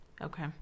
Okay